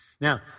Now